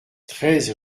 treize